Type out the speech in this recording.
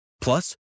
plus